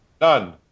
None